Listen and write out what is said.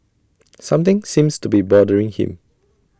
something seems to be bothering him